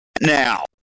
Now